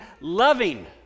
loving